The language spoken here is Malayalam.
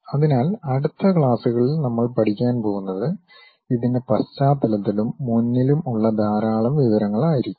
അതിനാൽ അടുത്ത ക്ലാസുകളിൽ നമ്മൾ പഠിക്കാൻ പോകുന്നത് ഇതിൻ്റെ പശ്ചാത്തലത്തിലും മുന്നിലും ഉള്ള ധാരാളം വിവരങ്ങൾ ആയിരിക്കും